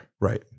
right